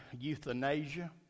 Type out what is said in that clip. euthanasia